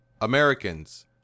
Americans